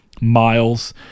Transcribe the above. Miles